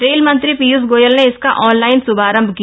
rail मंत्री पीयूष गोयल ने इसका ऑनलाइन श्भारंभ किया